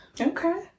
Okay